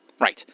Right